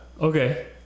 Okay